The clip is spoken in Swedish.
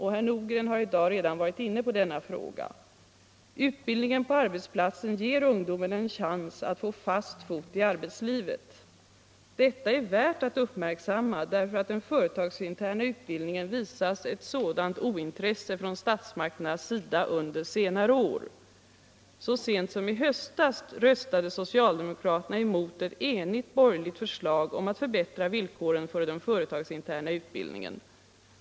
Herr Nordgren har i dag redan varit inne på denna fråga. Utbildning på arbetsplatsen ger ungdomen en chans att få fast fot i arbetslivet. Detta är värt att uppmärksamma därför att den företagsinterna utbildningen visats ett sådant ointresse från statsmakternas sida under senare år. Så sent som i höstas röstade socialdemokraterna emot ett enigt borgerligt förslag om att förbättra villkoren för den företagsinterna utbildningen.